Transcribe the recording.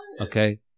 Okay